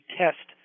test